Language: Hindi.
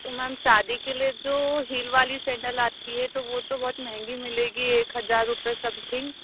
तो मैम शादी के लिए जो हील वाली सैंडल आती है तो वह तो बहुत महंगी मिलेगी एक हज़ार रुपये समथिंग